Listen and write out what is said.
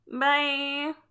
Bye